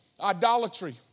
idolatry